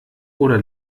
oder